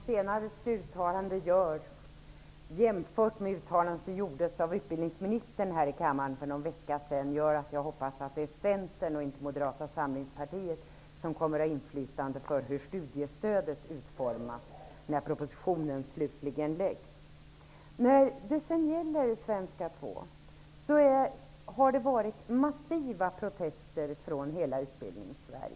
Herr talman! Birgitta Carlsson senaste uttalande jämfört med utbildningsministerns uttalande i kammaren för någon vecka sedan gör att jag hoppas att det är Centern och inte Moderata samlingspartiet som kommer att ha inflytande över hur förslaget till studiestöd skall utformas i den slutliga propositionen. I fråga om svenska 2 har det kommit massiva protester från hela Utbildningssverige.